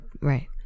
Right